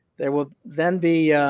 there will then be